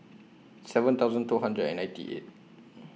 seven thousand two hundred and ninety eight